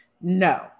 No